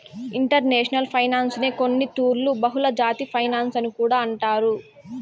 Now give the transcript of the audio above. international ఫైనాన్సునే కొన్నితూర్లు బహుళజాతి ఫినన్సు అని కూడా అంటారు